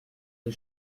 des